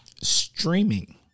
Streaming